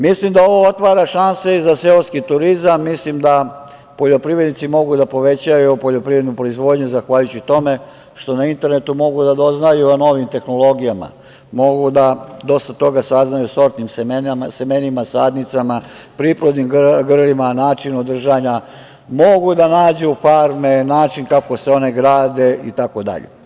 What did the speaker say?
Mislim da ovo otvara šanse i za seoski turizam, mislim da poljoprivrednici mogu da povećaju poljoprivrednu proizvodnju zahvaljujući tome što na internetu mogu da doznaju o novim tehnologijama, mogu dosta toga da saznaju o sortnim semenima, sadnicama, priplodnim grlima, načinu držanja, mogu da nađu farme, način kako se one grade itd.